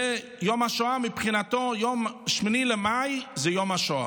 זה יום השואה מבחינתו, יום 8 במאי זה יום השואה.